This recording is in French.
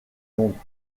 londres